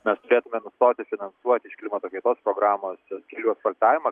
mes turėtume nustoti finansuoti iš klimato kaitos programos kelių asfaltavimą